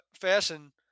fashion